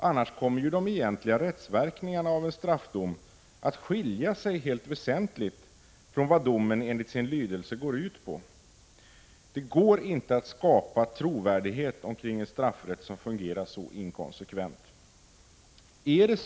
Annars kommer ju de egentliga rättsverkningarna av en straffdom att helt väsentligt skilja sig från vad domen enligt sin lydelse går ut på. Det går inte att skapa trovärdighet för en straffrätt som fungerar så inkonsekvent.